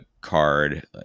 card